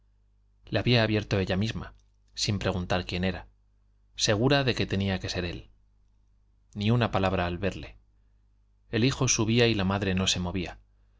le había abierto ella misma sin preguntar quién era segura de que tenía que ser él ni una palabra al verle el hijo subía y la madre no se movía